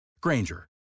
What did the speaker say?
Granger